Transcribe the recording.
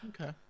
Okay